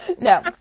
No